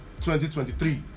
2023